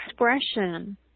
expression